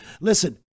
Listen